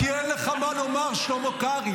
כי אין לך מה לומר, שלמה קרעי.